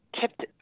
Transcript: kept